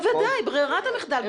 בוודאי, ברירת המחדל.